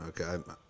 okay